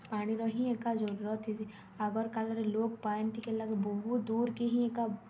ପାଣିର ହିଁ ଏକା ଜରୁରତ୍ଥିସି ଆଗର୍ କାଲରେ ଲୋକ୍ ପାଏନ୍ ଟିିକେ ଲାଗି ବହୁତ୍ ଦୂର୍କେ ହିଁ ଏକା